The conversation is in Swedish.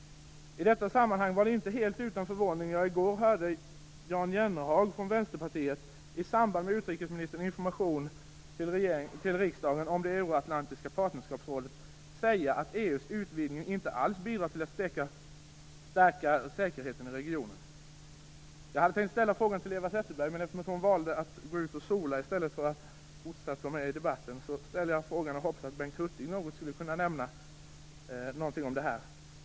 I detta sammanhang var det inte helt utan förvåning som jag i går hörde Jan Jennehag från Vänsterpartiet, i samband med utrikesministerns information till riksdagen om Euroatlantiska partnerskapsrådet, säga att EU:s utvidgning inte alls bidrar till att stärka säkerheten i regionen. Jag hade tänkt ställa en fråga till Eva Zetterberg, men hon valde att gå ut och sola i stället för att fortsatt vara med i debatten. Därför hoppas jag att t.ex. Bengt Hurtig kan nämna något om detta.